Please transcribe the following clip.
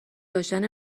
داشتن